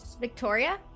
Victoria